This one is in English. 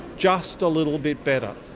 just a little bit better.